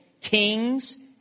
Kings